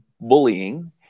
bullying